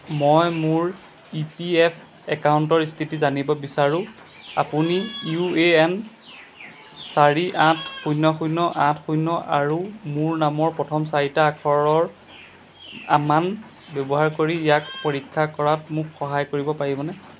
মই মোৰ E P F একাউণ্টৰ স্থিতি জানিব বিচাৰোঁ আপুনি ইউ এ এন চাৰি আঠ শূন্য শূন্য আঠ শূন্য আৰু মোৰ নামৰ প্ৰথম চাৰিটা আখৰৰ আমান ব্যৱহাৰ কৰি ইয়াক পৰীক্ষা কৰাত মোক সহায় কৰিব পাৰিবনে